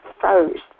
first